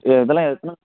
இதெல்லாம் எத்தனை